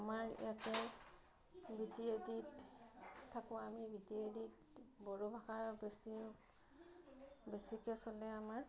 আমাৰ ইয়াতে B T A ডিত থাকোঁ আমি বি টি এ ডিত বড়ো ভাষা বেছি বেছিকৈ চলে আমাৰ